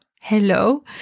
Hello